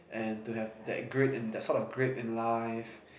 and to have that grade in that sort of grade in life